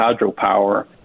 hydropower